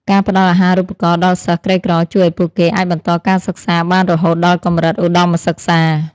ការផ្តល់អាហារូបករណ៍ដល់សិស្សក្រីក្រជួយឱ្យពួកគេអាចបន្តការសិក្សាបានរហូតដល់កម្រិតឧត្តមសិក្សា។